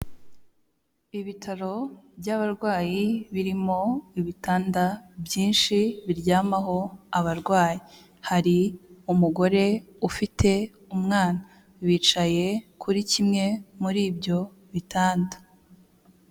UIbitaro by'abarwayi birimo ibitanda byinshi biryamho abarwayi, hari umugore ufite umwana, bicaye kuri kimwe muri ibyo bitanda.